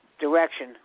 direction